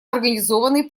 организованной